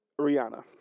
Rihanna